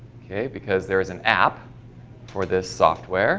okay because there's an app for this software